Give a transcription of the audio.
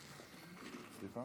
שלושה